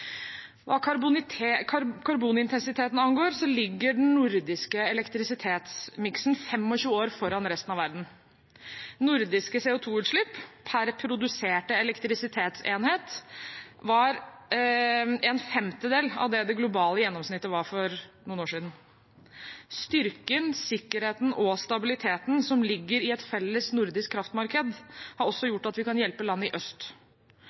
Hva karbonintensiteten angår, ligger den nordiske elektrisitetsmiksen 25 år foran resten av verden. Nordiske CO 2 -utslipp per produserte elektrisitetsenhet var en femtedel av det det globale gjennomsnittet var for noen år siden. Styrken, sikkerheten og stabiliteten som ligger i et felles nordisk kraftmarked, har også gjort at vi kan hjelpe land i øst,